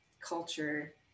culture